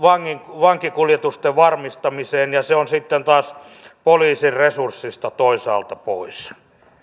vankikuljetusten varmistamiseen ja se on sitten taas poliisin resurssista toisaalta pois